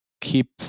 keep